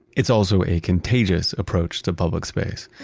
it's also a contagious approach to public space.